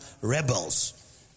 rebels